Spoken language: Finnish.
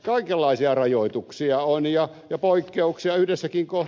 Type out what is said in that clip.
kaikenlaisia rajoituksia on ja poikkeuksia